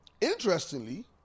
interestingly